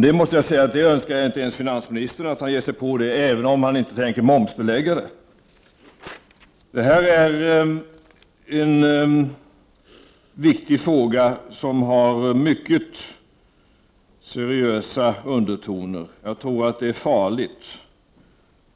Det önskar jag inte ens finansministern att han skall ge sig på, även om han inte tänker momsbelägga det. Det här är dock en viktig fråga, som har mycket seriösa undertoner. Jag tror att det är farligt